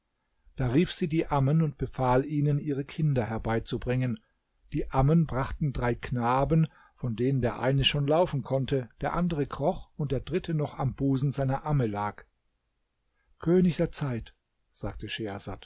da rief sie die ammen und befahl ihnen ihre kinder herbeizubringen die ammen brachten drei knaben von denen der eine schon laufen konnte der andere kroch und der dritte noch am busen seiner amme lag könig der zeit sagte